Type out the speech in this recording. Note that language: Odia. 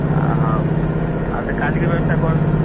ଆଃ ହେଉ ଆଉ ତାହାଲେ କାଲି କି ବ୍ୟବସ୍ଥା କରନ୍ତୁ